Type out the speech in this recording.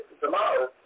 tomorrow